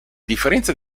differenza